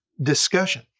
discussion